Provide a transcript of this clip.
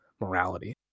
morality